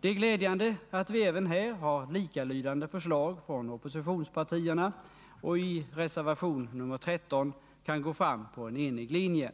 Det är glädjande att vi även här har likalydande förslag från oppositionspartierna och i anslutning till reservation nr 13 kan följa en gemensam linje.